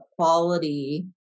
quality